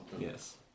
Yes